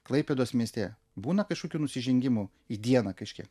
klaipėdos mieste būna kažkokių nusižengimų į dieną kažkiek